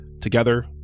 Together